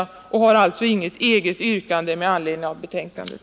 Jag har alltså inget eget yrkande med anledning av betänkandet.